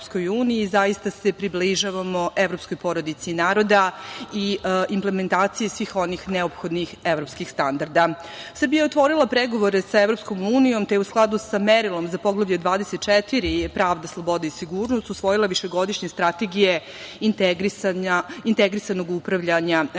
u EU približavamo evropskoj porodici naroda i implementacije svih onih neophodnih evropskih standarda. Srbija je otvorila pregovore sa EU, te u skladu sa merilom za Poglavlje 24 – pravda, sloboda i sigurnost, usvojila višegodišnje strategije integrisanog upravljanja